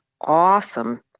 awesome